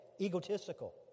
egotistical